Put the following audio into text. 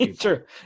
Sure